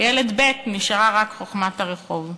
לילד ב' נשארה רק חוכמת הרחוב.